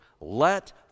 Let